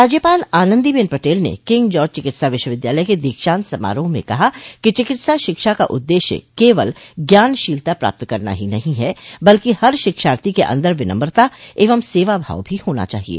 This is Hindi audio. राज्यपाल आनंदीबेन पटेल ने किंग जार्ज चिकित्सा विश्वविद्यालय के दीक्षान्त समारोह में कहा कि चिकित्सा शिक्षा का उद्देश्य केवल ज्ञानशीलता प्राप्त करना ही नहीं है बल्कि हर शिक्षार्थी के अन्दर विनम्रता एवं सेवाभाव भी होना चाहिये